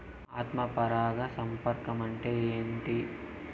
ఆత్మ పరాగ సంపర్కం అంటే ఏంటి?